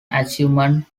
achievement